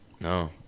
No